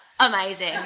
Amazing